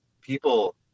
people